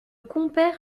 compère